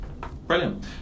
Brilliant